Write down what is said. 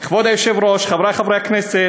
כבוד היושב-ראש, חברי חברי הכנסת,